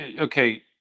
okay